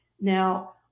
now